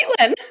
Caitlin